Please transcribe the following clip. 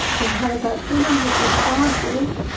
we have about two hundred responses.